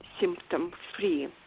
symptom-free